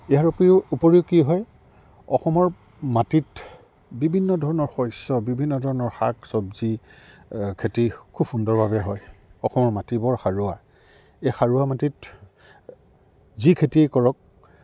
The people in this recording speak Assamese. ইয়াৰ উপৰিও উপৰিও কি হয় অসমৰ মাটিত বিভিন্ন ধৰণৰ শস্য বিভিন্ন ধৰণৰ শাক চব্জি খেতি খুব সুন্দৰভাৱে হয় অসমৰ মাটি বৰ সাৰুৱা এই সাৰুৱা মাটিত যি খেতিয়ে কৰক